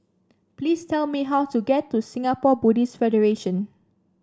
please tell me how to get to Singapore Buddhist Federation